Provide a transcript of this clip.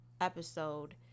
episode